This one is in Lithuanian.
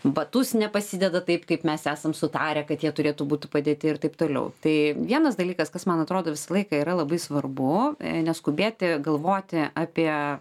batus nepasideda taip kaip mes esam sutarę kad jie turėtų būtų padėti ir taip toliau tai vienas dalykas kas man atrodo visą laiką yra labai svarbu neskubėti galvoti apie